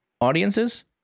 audiences